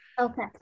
Okay